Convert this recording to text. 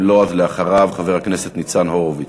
אם לא, אז אחריו, חבר הכנסת ניצן הורוביץ.